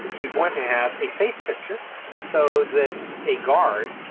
you'd want to have a face picture so that a guard,